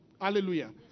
Hallelujah